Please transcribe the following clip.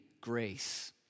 grace